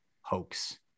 hoax